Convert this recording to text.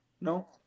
No